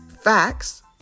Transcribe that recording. facts